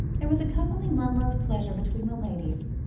there was a cousinly murmur of pleasure between the ladies,